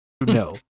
No